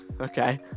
Okay